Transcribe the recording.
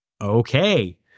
Okay